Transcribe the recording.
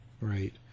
Right